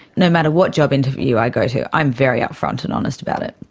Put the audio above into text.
no matter what job interview i go to, i'm very upfront and honest about it.